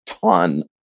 ton